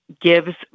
gives